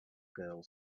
girl